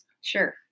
Sure